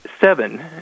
seven